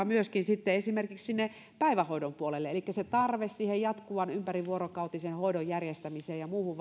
myöskin esimerkiksi päivähoidon puolelle elikkä se tarve jatkuvan ympärivuorokautisen hoidon järjestämiseen ja muuhun